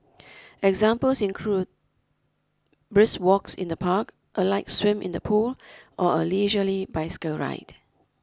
examples include brisk walks in the park a light swim in the pool or a leisurely bicycle ride